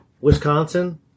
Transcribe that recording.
Wisconsin